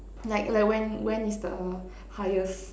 like like when when is the highest